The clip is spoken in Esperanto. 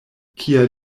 kia